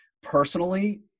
Personally